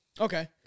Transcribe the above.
Okay